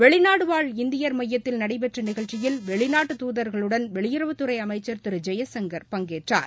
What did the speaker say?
வெளிநாடுவாழ் இந்தியர் மையத்தில் நடைபெற்றநிகழ்ச்சியில் வெளிநாட்டு துதர்களுடன் வெளியுறவுத் துறைஅமைச்சர் திருஜெயசங்கர் பங்கேற்றார்